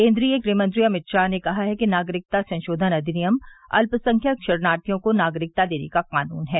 केन्द्रीय गृहमंत्री अमित शाह ने कहा है कि नागरिकता संशोधन अधिनियम अल्पसंख्यक शरणार्थियों को नागरिकता देने का कानून है